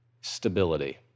stability